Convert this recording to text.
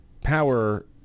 power